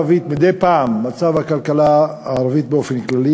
מצב הכלכלה הערבית באופן כללי.